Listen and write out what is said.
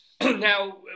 Now